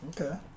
Okay